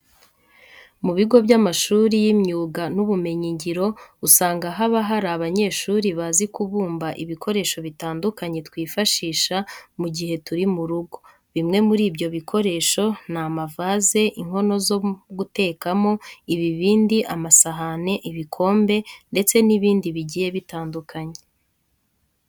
Mu bigo by'amashuri y'imyuga n'ubumenyingiro usanga haba hari abanyeshuri bazi kubumba ibikoresho bitandukanye twifashisha mu gihe turi mu rugo. Bimwe muri ibyo bikoresho ni amavaze, inkono zo gutekamo, ibibindi, amasahani, ibikombe ndetse n'ibindi bigiye bitandukanye.